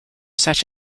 such